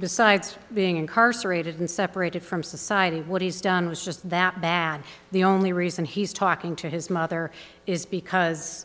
besides being incarcerated and separated from society what he's done was just that bad the only reason he's talking to his mother is because